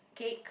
cake